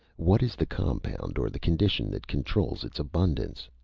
what is the compound or the condition that controls its abundance?